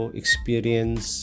experience